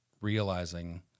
realizing